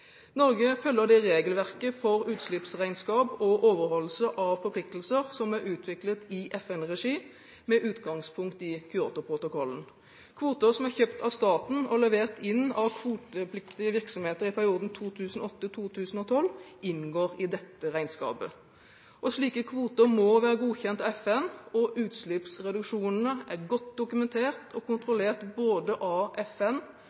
Norge følger det regelverket for utslippsregnskap og overholdelse av forpliktelser som er utviklet i FN-regi med utgangspunktet i Kyotoprotokollen. Kvoter som er kjøpt av staten og levert inn av kvotepliktige virksomheter i perioden 2008–2012, inngår i dette regnskapet. Slike kvoter må være godkjent av FN, og utslippsreduksjonene er godt dokumentert og kontrollert både av FN